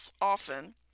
often